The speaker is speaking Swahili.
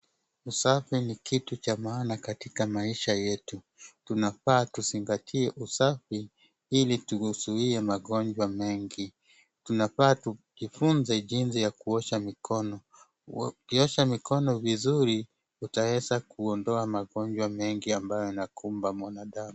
Usafi ni kitu cha maana katika maisha yetu. Tunafaa tuzingatie usafi ili tuzuie magonjwa mengi. Tunafaa tujifunze jinsi ya kuosha mikono. Ukiosha mikono vizuri utaweza kuondoa magonjwa mengi ambayo yanakumba mwanadamu.